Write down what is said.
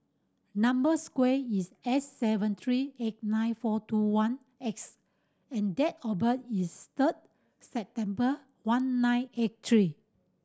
number square is S seven three eight nine four two one X and date of birth is third September one nine eight three